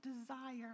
desire